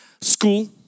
school